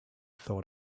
thought